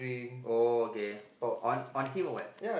oh okay on on him or what